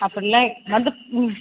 அப்படில்லாம் வந்து ம்